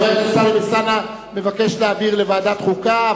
חבר הכנסת טלב אלסאנע מבקש להעביר לוועדת חוקה.